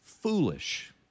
Foolish